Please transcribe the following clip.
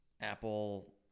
Apple